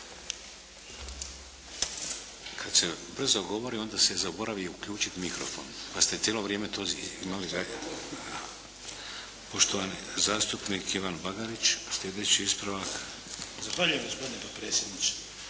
Kad se brzo govori, onda se zaboravi uključit mikrofon, pa ste cijelo vrijeme to imali. Poštovani zastupnik Ivan Bagarić, slijedeći ispravak. **Bagarić, Ivan (HDZ)** Zahvaljujem gospodine potpredsjedniče.